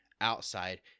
outside